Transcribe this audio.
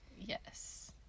Yes